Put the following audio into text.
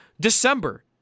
December